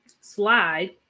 slide